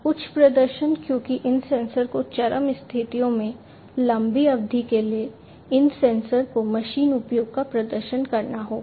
उच्च प्रदर्शन क्योंकि इन सेंसर को चरम स्थितियों में लंबी अवधि के लिए इन सेंसर को मशीन उपयोग का प्रदर्शन करना होगा